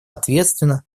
ответственно